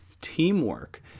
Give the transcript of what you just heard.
teamwork